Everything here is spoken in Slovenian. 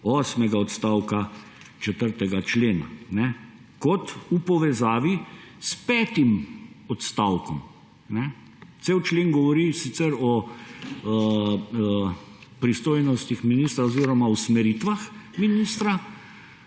osmega odstavka 4. člena kot v povezavi s petim odstavkom. Cel člen govori sicer o pristojnostih ministra oziroma usmeritvah ministra